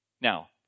Now